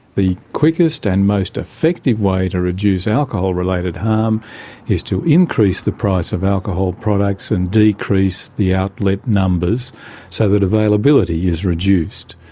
the quickest and most effective way to reduce alcohol-related harm is to increase the price of alcohol products and decrease the outlet numbers so that availability is reduced.